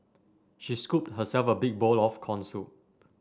she scooped herself a big bowl of corn soup